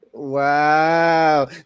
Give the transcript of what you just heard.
Wow